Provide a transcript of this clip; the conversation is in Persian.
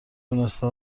دونسته